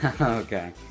okay